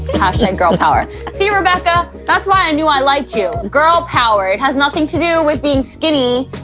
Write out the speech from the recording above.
and and girl power. see you about that. that's why i knew i liked you. girl power. it has nothing to do with being skinny.